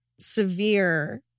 severe